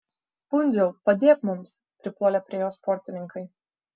pundziau padėk mums pripuolė prie jo sportininkai